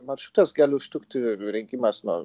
maršrutas gali užtrukti rinkimas nuo